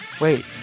Wait